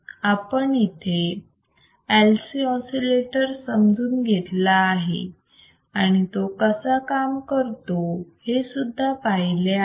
आपण इथे LC oscillator समजून घेतला आहे आणि तो कसा काम करतो ते सुद्धा पाहिले आहे